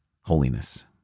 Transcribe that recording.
holiness